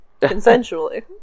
consensually